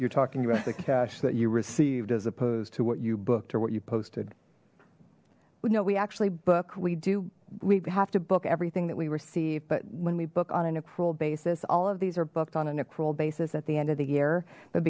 you're talking about the cash that you received as opposed to what you booked or what you posted no we actually booked we do we have to book everything that we receive but when we book on an accrual basis all of these are booked on an accrual basis at the end of the year but